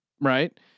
Right